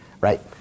right